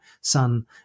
son